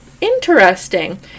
interesting